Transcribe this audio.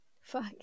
fuck